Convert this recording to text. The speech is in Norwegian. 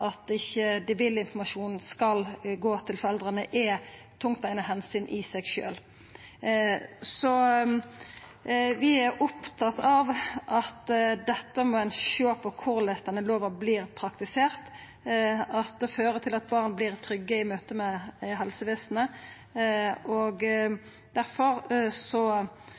dei ikkje vil at informasjonen skal gå til foreldra, er «tungtveiende hensyn» i seg sjølv. Så vi er opptekne av at ein må sjå på korleis denne lova vert praktisert, og at det fører til at barn vert trygge i møte med helsevesenet. Derfor